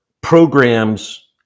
programs